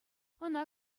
ӑна